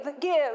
give